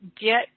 get